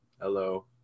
Hello